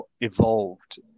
evolved